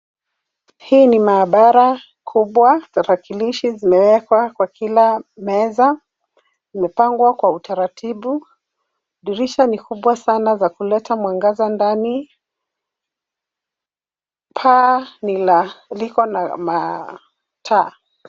Hii ni maabara kubwa. Tarakilishi zimewekwa kwa kila meza. Zimepangwa kwa utaratibu. Dirisha ni kubwa sana za kuleta mwangaza ndani. Paa liko na mataa.